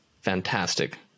fantastic